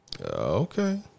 okay